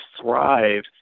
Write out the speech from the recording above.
thrive